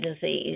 disease